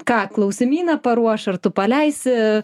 ką klausimyną paruoš ir tu paleisi